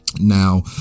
Now